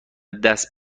دست